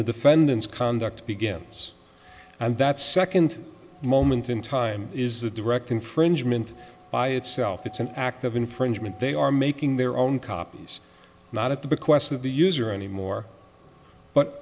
the defendant's conduct begins and that second moment in time is the direct infringement by itself it's an act of infringement they are making their own copies not of the bequest of the user anymore but